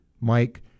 Mike